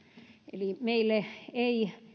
eli meille ei